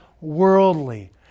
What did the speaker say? worldly